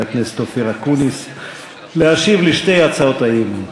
הכנסת אופיר אקוניס להשיב על שתי הצעות האי-אמון.